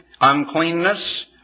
uncleanness